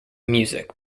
music